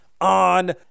on